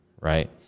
right